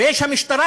ויש המשטרה,